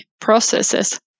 processes